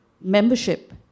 membership